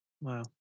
Wow